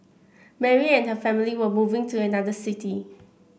Mary and her family were moving to another city